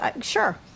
Sure